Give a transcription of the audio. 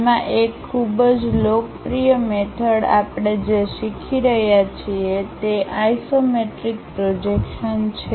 તેમાં એક ખૂબ જ લોકપ્રિય મેથડ આપણે જે શીખી રહ્યા છીએ તેઆઇસોમેટ્રિક પ્રોજેક્શન છે